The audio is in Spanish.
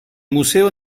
museo